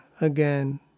again